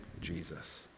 Jesus